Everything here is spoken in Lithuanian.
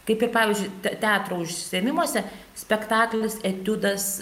kaip ir pavyzdžiui teatro užsiėmimuose spektaklis etiudas